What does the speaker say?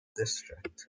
district